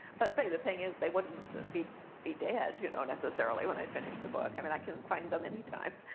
but sort of the thing is, they wouldn't be be dead you know necessarily, when i finish the book. i mean i can find them anytime.